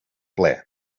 ple